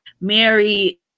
Mary